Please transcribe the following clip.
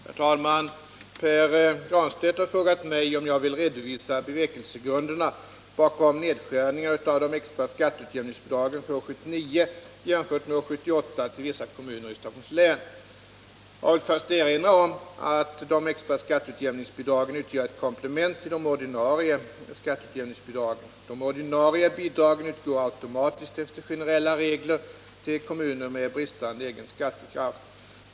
Herr talman! Pär Granstedt har frågat mig om jag vill redovisa bevekelsegrunderna bakom nedskärningarna av de extra skatteutjämningsbidragen för år 1979 jämfört med år 1978 till vissa kommuner i Stockholms län. Jag vill först erinra om att de extra skatteutjämningsbidragen utgör ett komplement till de ordinarie skatteutjämningsbidragen. De ordinarie skatteutjämningsbidragen utgår automatiskt efter generella regler till kommuner med bristande egen skattekraft.